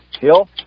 Hill